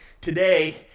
Today